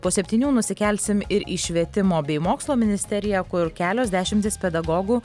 po septynių nusikelsim ir į švietimo bei mokslo ministeriją kur kelios dešimtys pedagogų